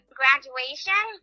graduation